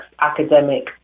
academic